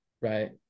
Right